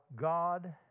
God